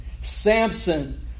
Samson